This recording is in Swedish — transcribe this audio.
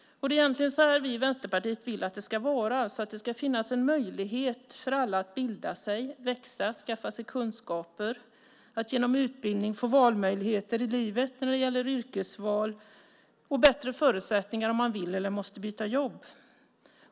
Det är egentligen så här vi i Vänsterpartiet vill att det ska vara. Det ska finnas en möjlighet för alla att bilda sig, växa, skaffa sig kunskaper, att genom utbildning få valmöjligheter i livet när det gäller yrkesval och bättre förutsättningar om man vill eller måste byta jobb.